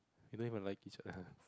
they don't even like each other